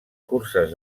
curses